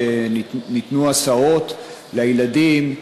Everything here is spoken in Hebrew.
שניתנו הסעות לילדים,